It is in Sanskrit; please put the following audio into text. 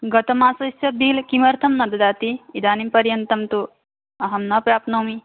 गतमासस्य बिल् किमर्थं न ददाति इदानीं पर्यन्तं तु अहं न प्राप्नोमि